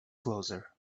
closer